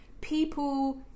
people